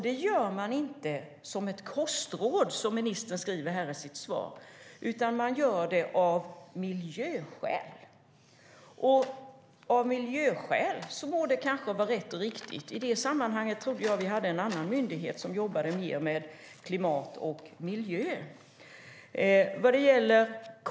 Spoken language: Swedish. Det gör man inte som ett kostråd, som ministern säger i sitt svar, utan av miljöskäl. Det är kanske rätt och riktigt. Men jag trodde att vi hade en annan myndighet som jobbade mer med klimat och miljö.